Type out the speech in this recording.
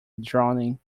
drowning